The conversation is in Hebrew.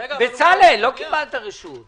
זו לא צורה איך שאתה